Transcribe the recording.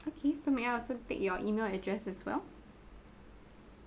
okay so may I also take your email address as well